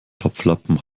topflappen